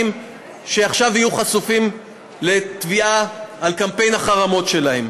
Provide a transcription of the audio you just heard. שעכשיו יהיו חשופים לתביעה על קמפיין החרמות שלהם: